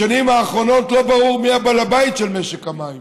בשנים האחרונות לא ברור מי בעל הבית של משק המים.